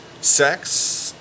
sex